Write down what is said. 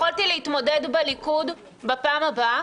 יכולתי להתמודד בליכוד בפעם הבאה?